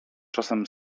czasem